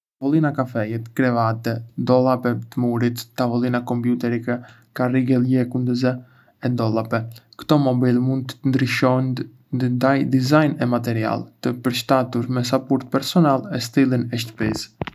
Tavolina kafeje, krevate, dollapë të murit, tavolina kompjuterike, karrige lëkundëse e dollapë. Ktò mobilje mund të ndryshojndë ndë dizajn e material, të u përshtatur me sapúrt personale e stilin e shtëpisë.